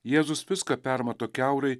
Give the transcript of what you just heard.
jėzus viską permato kiaurai